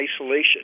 isolation